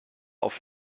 auf